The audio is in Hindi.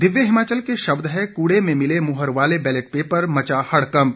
दिव्य हिमाचल के शब्द हैं कूड़े में मिले मुहर वाले बैलेट पेपर मचा हड़कंप